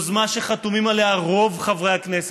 יוזמה שחתומים עליה רוב חברי הכנסת.